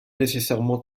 nécessairement